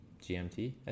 GMT